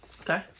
Okay